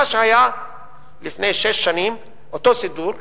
מה שהיה לפני שש שנים, אותו סידור,